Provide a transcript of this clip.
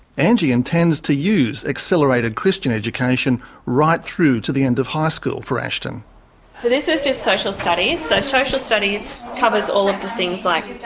angie intends to use accelerated christian education right through to the end of high school for ashton. so this is just social studies. so social studies covers all of the things like